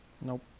Nope